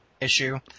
issue